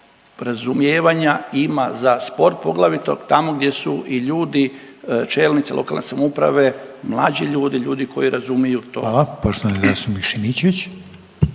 razumijevanja ima za sport, poglavito tamo gdje su i ljudi čelnici lokalne samouprave mlađi ljudi, ljudi koji razumiju to. **Reiner, Željko